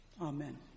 Amen